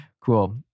Cool